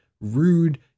rude